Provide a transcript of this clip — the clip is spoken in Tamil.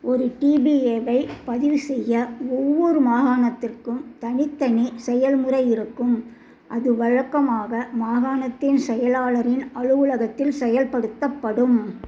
ஒரு டிபிஏவைப் பதிவு செய்ய ஒவ்வொரு மாகாணத்திற்கும் தனித்தனி செயல்முறை இருக்கும் அது வழக்கமாக மாகாணத்தின் செயலாளரின் அலுவலகத்தில் செயல்படுத்தப்படும்